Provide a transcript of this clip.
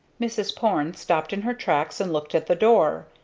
mrs. porne stopped in her tracks and looked at the door.